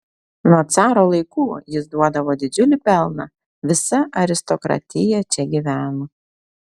nuo caro laikų jis duodavo didžiulį pelną visa aristokratija čia gyveno